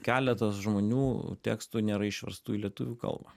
keletos žmonių tekstų nėra išverstų į lietuvių kalbą